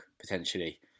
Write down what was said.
potentially